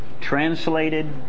translated